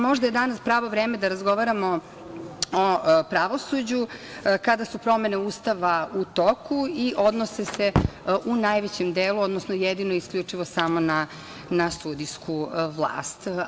Možda je danas pravo vreme da razgovaramo o pravosuđu kada su promene Ustava u toku i odnose se u najvećem delu, odnosno jedino i isključivo samo na sudijsku vlast.